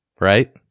right